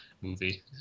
movie